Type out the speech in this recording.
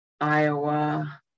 Iowa